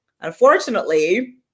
unfortunately